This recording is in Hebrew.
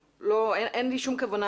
אין לי שום כוונה,